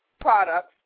products